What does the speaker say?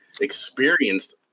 experienced